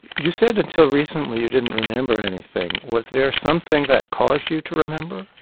you said until recently, you didn't remember anything. was there something that caused you to remember?